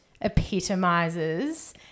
epitomizes